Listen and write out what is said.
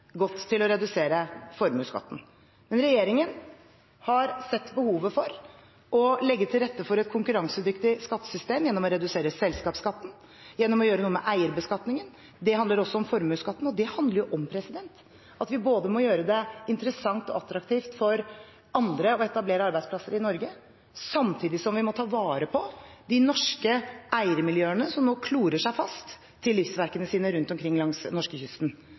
til å redusere formuesskatten. Men regjeringen har sett behovet for å legge til rette for et konkurransedyktig skattesystem gjennom å redusere selskapsskatten, gjennom å gjøre noe med eierbeskatningen. Det handler også om formuesskatten, og det handler om at vi både må gjøre det interessant og attraktivt for andre å etablere arbeidsplasser i Norge, samtidig som vi må ta vare på de norske eiermiljøene som nå klorer seg fast til livsverkene sine rundt omkring langs norskekysten.